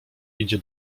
idzie